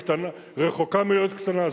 רחוקה מלהיות קטנה,